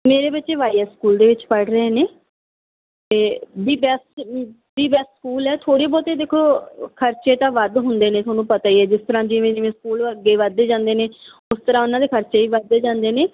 ਮੇਰੇ ਬੱਚੇ Y S school ਦੇ ਵਿੱਚ ਪੜ੍ਹ ਰਹੇ ਨੇ ਅਤੇ ਵੀ ਬੈਸਟ ਵੀ ਬੈਸਟ ਸਕੂਲ ਹੈ ਥੋੜ੍ਹੇ ਬਹੁਤੇ ਦੇਖੋ ਖਰਚੇ ਤਾਂ ਵੱਧ ਹੁੰਦੇ ਨੇ ਤੁਹਾਨੂੰ ਪਤਾ ਹੀ ਹੈ ਜਿਸ ਤਰ੍ਹਾਂ ਜਿਵੇਂ ਜਿਵੇਂ ਸਕੂਲ ਅੱਗੇ ਵੱਧਦੇ ਜਾਂਦੇ ਨੇ ਉਸ ਤਰ੍ਹਾਂ ਉਹਨਾਂ ਦੇ ਖਰਚੇ ਵੀ ਵੱਧਦੇ ਜਾਂਦੇ ਨੇ